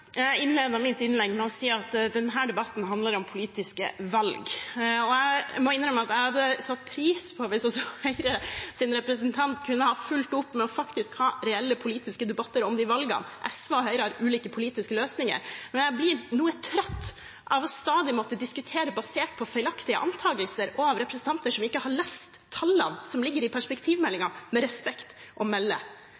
Jeg innledet mitt innlegg med å si at denne debatten handler om politiske valg. Jeg må innrømme at jeg hadde satt pris på det hvis også Høyres representant kunne ha fulgt opp med faktisk å ha en reell politisk debatt om de valgene. SV og Høyre har ulike politiske løsninger. Jeg blir noe trøtt av stadig å måtte diskutere basert på feilaktige antakelser og med representanter som ikke har lest tallene som ligger i